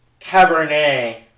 Cabernet